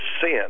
sin